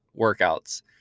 workouts